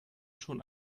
schon